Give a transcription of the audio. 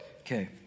Okay